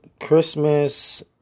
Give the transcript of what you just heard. Christmas